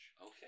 Okay